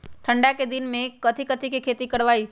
ठंडा के दिन में कथी कथी की खेती करवाई?